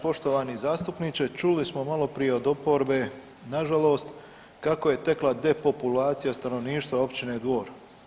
Poštovani zastupniče čuli smo maloprije od oporbe nažalost kako je tekla depopulacija stanovništva općine Dvor.